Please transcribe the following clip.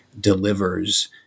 delivers